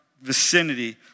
vicinity